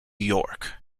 york